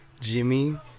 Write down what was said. Jimmy